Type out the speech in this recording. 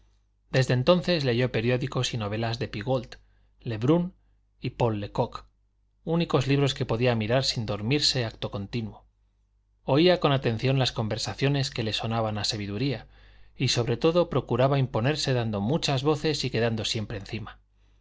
desde entonces leyó periódicos y novelas de pigault lebrun y paul de kock únicos libros que podía mirar sin dormirse acto continuo oía con atención las conversaciones que le sonaban a sabiduría y sobre todo procuraba imponerse dando muchas voces y quedando siempre encima